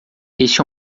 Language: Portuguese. este